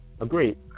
Agreed